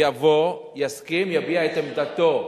יבוא, יסכים, יביע את עמדתו,